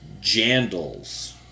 jandals